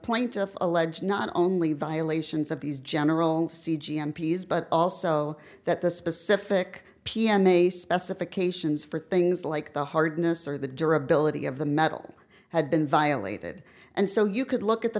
plaintiff alleged not only violations of these general c g m p s but also that the specific p m a specifications for things like the hardness or the durability of the metal had been violated and so you could look at the